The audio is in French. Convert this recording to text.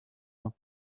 pain